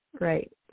right